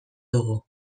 dugu